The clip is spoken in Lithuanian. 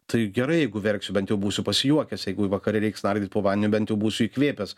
tai gerai jeigu verksiu bent jau būsiu pasijuokęs jeigu vakare reiks nardyt po vandeniu bent jau būsiu įkvėpęs